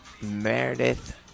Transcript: Meredith